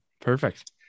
perfect